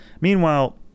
Meanwhile